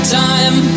time